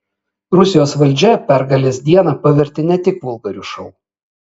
rusijos valdžia pergalės dieną pavertė ne tik vulgariu šou